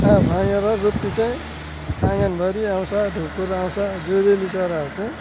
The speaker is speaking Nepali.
भँगेरा रुपी चाहिँ आँगनभरि आउँछ ढुकुर आउँछ जुरेली चराहरू चाहिँ